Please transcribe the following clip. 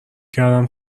کردم